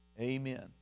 Amen